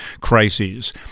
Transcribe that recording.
crises